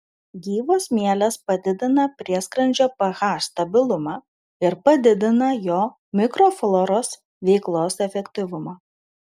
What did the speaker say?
gyvos mielės padidina prieskrandžio ph stabilumą ir padidina jo mikrofloros veiklos efektyvumą